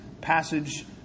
passage